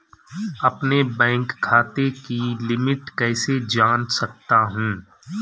अपने बैंक खाते की लिमिट कैसे जान सकता हूं?